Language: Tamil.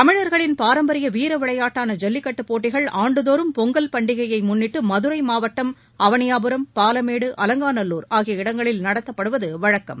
தமிழர்களின் பாரம்பரிய வீர விளையாட்டான ஜல்லிக்கட்டு போட்டிகள் ஆண்டுதோறும் பொங்கல் பண்டிகையை முன்னிட்டு மதுரை மாவட்டம் அவனியாபுரம் பாலமேடு அலங்காநல்லார் ஆகிய இடங்களில் நடத்தப்படுவது வழக்கம்